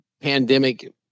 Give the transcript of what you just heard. pandemic